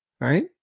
right